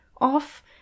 off